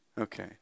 Okay